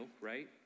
right